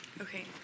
Okay